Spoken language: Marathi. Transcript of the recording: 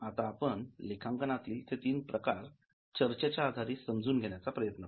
आता आपण लेखांकनातील ते तीन प्रकार चर्चेच्या आधारे समजून घेण्याचा प्रयत्न करू